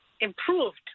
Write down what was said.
improved